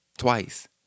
Twice